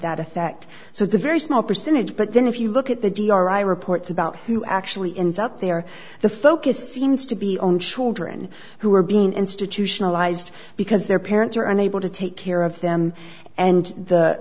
that effect so it's a very small percentage but then if you look at the d r y reports about who actually ends up there the focus seems to be on shouldering who are being institutionalized because their parents are unable to take care of them and the